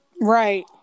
Right